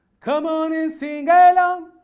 come on and sing ah along,